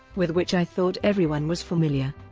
with which i thought everyone was familiar.